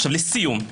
לסיום,